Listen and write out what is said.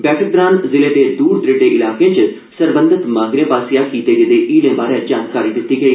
बैठक दौरान जिले दे दर दरेडे इलाकें च सरबंधत माहिरें ास्सेआ कीते गेदे हीलें बारै जानकारी दिती गेई